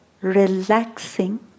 Relaxing